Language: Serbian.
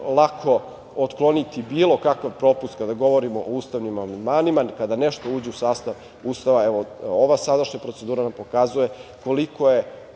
lako otkloniti bilo kakav propust kada govorimo o ustavnim amandmanima, jer kada nešto uđe u sastav Ustav, ova sadašnja procedura nam pokazuje koliko je